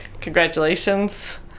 Congratulations